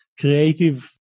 creative